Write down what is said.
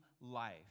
life